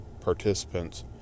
participants